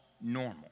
normal